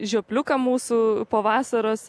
žiopliukam mūsų po vasaros